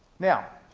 now,